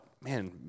man